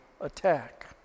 attack